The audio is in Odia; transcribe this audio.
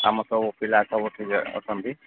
ଆମ ସବୁ ପିଲା ସବୁ ଏଠି ଅଛନ୍ତି